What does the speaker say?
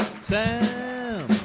Sam